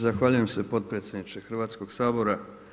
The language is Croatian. Zahvaljujem se potpredsjedniče Hrvatskog sabora.